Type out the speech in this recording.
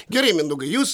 gerai mindaugai jūs